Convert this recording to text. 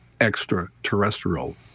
extraterrestrial